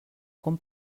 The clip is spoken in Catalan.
com